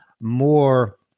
more